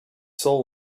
soul